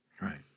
Right